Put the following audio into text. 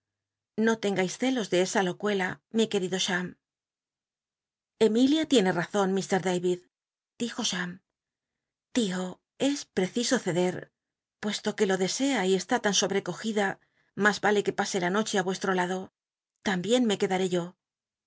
no tengais celos de esa locuela mi querido cham emilia tiene razon ilr dayid dijo cham tio es preciso ceder puesto que lo desea y está tan sobrecogida mas ya le que pase la noche á nrcstro lado tambien me quedaré yo